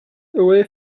away